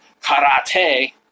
karate